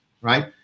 right